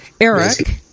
Eric